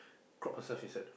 crop herself inside